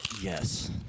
Yes